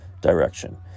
direction